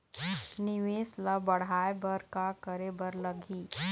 निवेश ला बड़हाए बर का करे बर लगही?